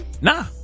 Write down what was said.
Nah